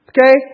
Okay